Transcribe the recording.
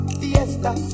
fiesta